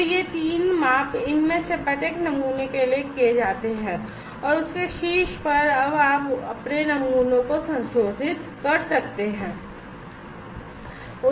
तो ये तीन माप इनमें से प्रत्येक नमूने के लिए किए जाते हैं और उसके शीर्ष पर अब आप अपने नमूनों को संशोधित कर सकते हैं